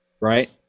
right